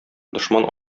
дошман